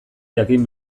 jakin